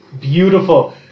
beautiful